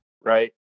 Right